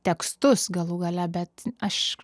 tekstus galų gale bet aš